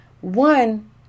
one